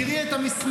תראי את המסמך,